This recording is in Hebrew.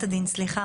אסף פורת, בבקשה.